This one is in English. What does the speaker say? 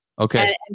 Okay